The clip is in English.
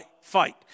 fight